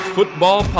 Football